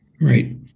Right